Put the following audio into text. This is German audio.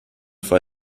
vor